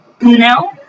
No